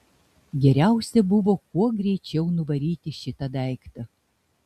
geriausia buvo kuo greičiau nuvaryti šitą daiktą